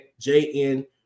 JN